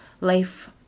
life